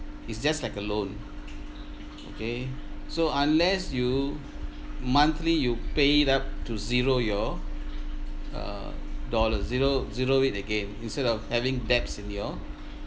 it's just like a loan okay so unless you monthly you pat up to zero your uh dollar zero zero it again instead of having debts in your